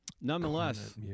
Nonetheless